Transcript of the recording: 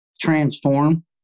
transform